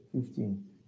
fifteen